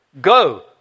Go